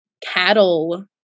cattle